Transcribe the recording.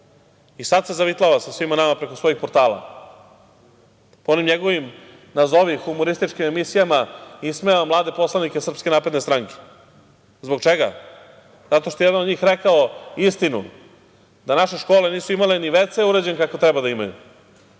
i sad se zavitlava sa svima nama preko svojih portala. On u njegovim, nazovi, humorističkim emisijama ismeva mlade poslanike SNS. Zbog čega? Zato je jedan od njih rekao istinu - da naše škole nisu imale toalet urađen kako treba da imaju